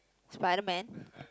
Spiderman